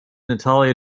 natalia